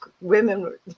women